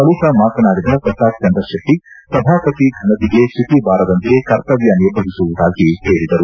ಬಳಕ ಮಾತನಾಡಿದ ಪ್ರತಾಪ್ಚಂದ್ರಕೆಟ್ಟ ಸಭಾಪತಿ ಫನತೆಗೆ ಚ್ಚುತಿ ಬಾರದಂತೆ ಕರ್ತವ್ದ ನಿರ್ವಹಿಸುವುದಾಗಿ ಹೇಳಿದರು